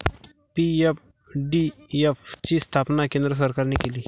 PFDF ची स्थापना केंद्र सरकारने केली